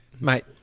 Mate